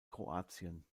kroatien